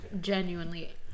Genuinely